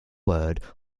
word